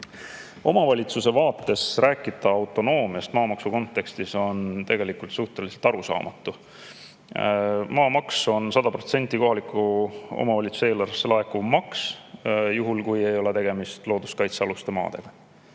Omavalitsuse vaates rääkida autonoomiast maamaksu kontekstis on tegelikult suhteliselt arusaamatu. Maamaks on 100% kohaliku omavalitsuse eelarvesse laekuv maks juhul, kui ei ole tegemist looduskaitsealuste maadega.